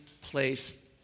place